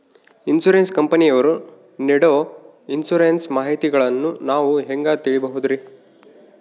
Insurance ಕಂಪನಿಯವರು ನೇಡೊ insurance ಮಾಹಿತಿಗಳನ್ನು ನಾವು ಹೆಂಗ ತಿಳಿಬಹುದ್ರಿ?